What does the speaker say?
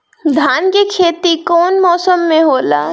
धान के खेती कवन मौसम में होला?